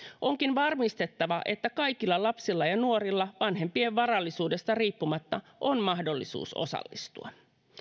onkin varmistettava että kaikilla lapsilla ja nuorilla vanhempien varallisuudesta riippumatta on mahdollisuus osallistua